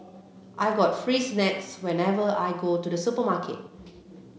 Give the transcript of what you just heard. I got free snacks whenever I go to the supermarket